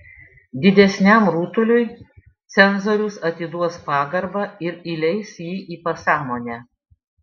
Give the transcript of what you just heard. didesniam rutuliui cenzorius atiduos pagarbą ir įleis jį į pasąmonę